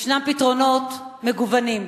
יש פתרונות מגוונים,